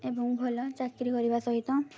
ଏବଂ ଭଲ ଚାକିରୀ କରିବା ସହିତ